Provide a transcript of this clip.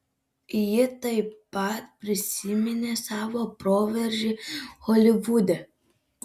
ji taip pat prisiminė savo proveržį holivude